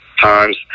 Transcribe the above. times